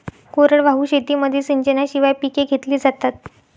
कोरडवाहू शेतीमध्ये सिंचनाशिवाय पिके घेतली जातात